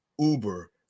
uber